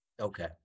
Okay